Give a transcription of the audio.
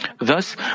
Thus